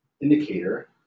indicator